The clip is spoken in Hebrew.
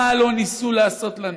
מה לא ניסו לעשות לנו?